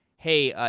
hey, ah